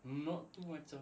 not too much